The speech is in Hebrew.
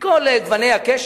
מכל גוני הקשת.